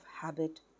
habit